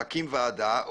להקים ועדה,